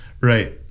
Right